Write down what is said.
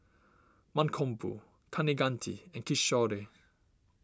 Mankombu Kaneganti and Kishore